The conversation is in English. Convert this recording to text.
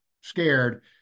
scared